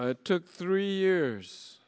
it took three years